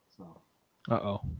Uh-oh